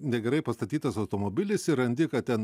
negerai pastatytas automobilis ir randi kad ten